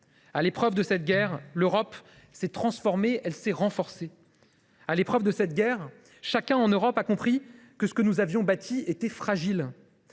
à l’épreuve de cette guerre, l’Europe s’est transformée et renforcée. À l’épreuve de cette guerre, chacun en Europe a compris que ce que nous avions bâti était fragile,